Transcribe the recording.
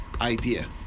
idea